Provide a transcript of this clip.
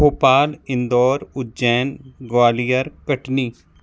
Bhopal Indore Ujjain Gwalior Katni